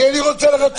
את מי אני רוצה לרצות?